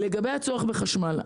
לגבי הצורך בחשמל.